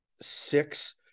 six